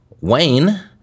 Wayne